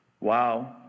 Wow